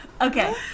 Okay